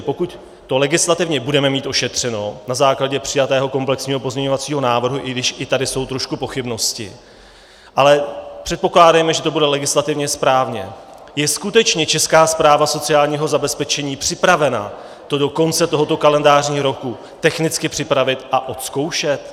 Pokud to legislativně budeme mít ošetřeno na základě přijatého komplexního pozměňovacího návrhu, i když i tady jsou trošku pochybnosti, ale předpokládejme, že to bude legislativně správně, je skutečně Česká správa sociálního zabezpečení připravena to do konce tohoto kalendářního roku technicky připravit a odzkoušet?